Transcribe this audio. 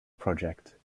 project